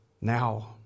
now